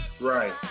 Right